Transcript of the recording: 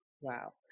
Wow